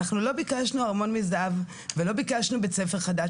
אנחנו לא ביקשנו ארמון מזהב ולא ביקשנו בית ספר חדש,